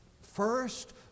First